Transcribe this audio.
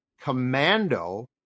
Commando